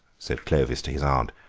said clovis to his aunt,